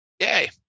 Yay